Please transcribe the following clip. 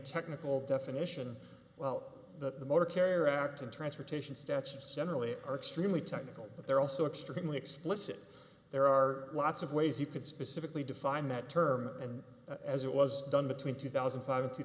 technical definition well that the motor carrier act and transportation statutes generally are extremely technical but they're also extremely explicit there are lots of ways you can specifically define that term and as it was done between two thousand and five and two